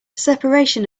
separation